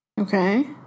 Okay